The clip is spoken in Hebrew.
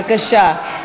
בבקשה.